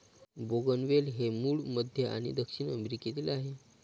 बोगनवेल हे मूळ मध्य आणि दक्षिण अमेरिकेतील आहे